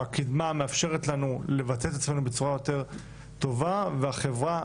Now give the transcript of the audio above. הקדמה מאפשרת לנו לבטא את עצמינו בצורה יותר טובה והחברה,